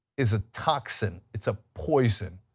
is a toxin, it's a poison,